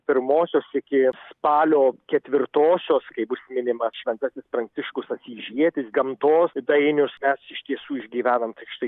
pirmosios iki spalio ketvirtosios kai bus minimas šventasis pranciškus asyžietis gamtos dainius mes iš tiesų išgyvenam tokį štai